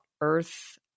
earth